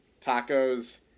tacos